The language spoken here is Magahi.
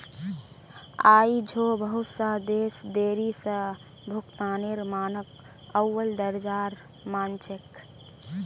आई झो बहुत स देश देरी स भुगतानेर मानकक अव्वल दर्जार मान छेक